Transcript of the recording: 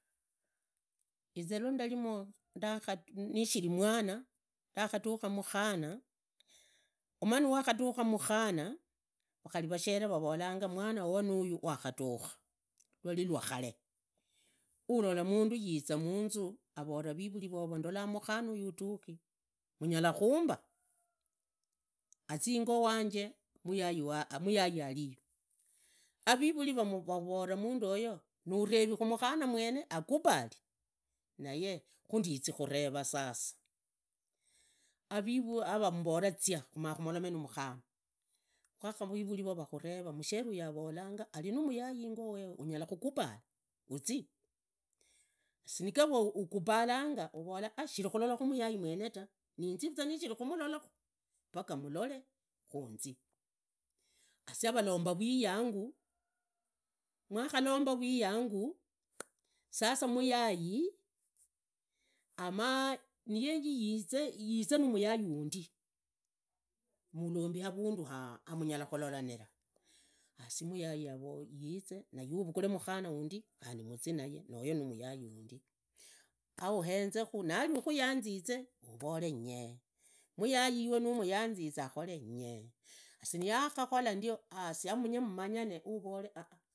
Inzi ndari nishiri mwana ndakhatùkha mukhana umanye nuwakhutukha mukhana khari vushere varoranga mwana wowo wakhatukha vwalivwakhale ulola munduyiza manzu avola vivuli vovo ndola mukhana uyu udhukh unyala khumba azi ingo wanje muyai wanje haliyo havivuli vene varevaa munduoyo na hureviikhu mukhana mwene akubali naye khandizi khareva sasa avivuri vavorezia khumakhumorome namukhana kwakharivuri vavuranga mushere ayu avoranga mushere aya avoranga halina muyai yengo yeye unyala khunubali uzii shinigara ukubalanga unyala khuvola shirikhulola muyai mwene ta niinzia nishiri khumulolakhe paka mulote khunzi shavalomba vwiyangu mwakhalomba vwiyangu sasa muyai amaa yenji yizee namuyai wandi mulombi havundu wamunyala khulolanira muyagi yize khandi we uvukhule mukhana wundi khandi muzi naye naoyo namuyangi wundi hauhenzekhu nari yakhuyanzize uvore nyee muyayi nuri iwe umuyanzize akhoree ngee sivakhakhola ndio amunye mumanyane ah.